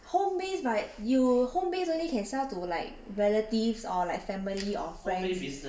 home-based but you home-based only can sell to relatives or like family or friends